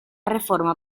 reforma